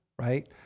right